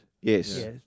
Yes